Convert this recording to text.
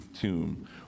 tomb